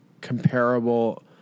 comparable